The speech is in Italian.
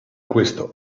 questo